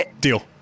Deal